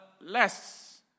less